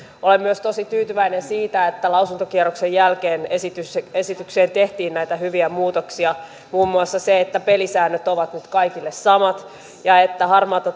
olen myös tosi tyytyväinen siihen että lausuntokierroksen jälkeen esitykseen tehtiin näitä hyviä muutoksia muun muassa se että pelisäännöt ovat nyt kaikille samat ja että harmaata